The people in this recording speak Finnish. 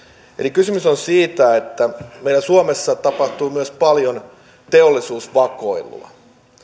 kysymys on siitä että meillä suomessa tapahtuu paljon myös teollisuusvakoilua